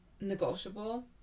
negotiable